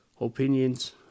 opinions